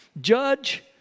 Judge